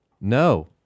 no